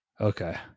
Okay